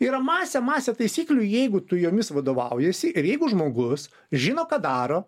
yra masė masė taisyklių jeigu tu jomis vadovaujiesi ir jeigu žmogus žino ką daro